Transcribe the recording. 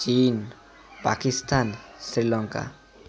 chain Pakistan Sri Lanka